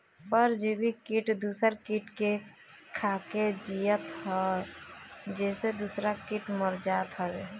परजीवी किट दूसर किट के खाके जियत हअ जेसे दूसरा किट मर जात हवे